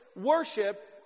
worship